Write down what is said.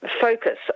focus